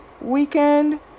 weekend